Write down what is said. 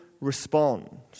respond